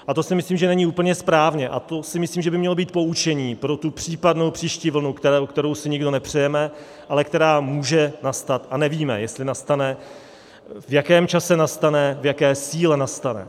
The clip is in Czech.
A to si myslím, že není úplně správně, a to si myslím, že by mělo být poučením pro tu případnou příští vlnu, kterou si nikdo nepřejeme, ale která může nastat, a nevíme, jestli nastane, v jakém čase nastane, v jaké síle nastane.